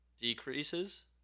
decreases